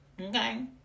Okay